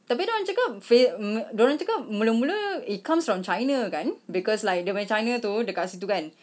tapi dia orang cakap fav~ mm dia orang cakap mula mula it comes from china kan because like dia punya china tu dekat situ kan